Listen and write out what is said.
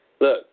Look